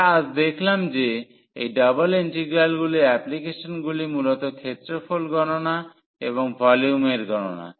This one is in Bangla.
আমরা আজ দেখলাম যে এই ডাবল ইন্টিগ্রালগুলির অ্যাপ্লিকেশনগুলি মূলত ক্ষেত্রফল গননা এবং ভলিউমের গণনা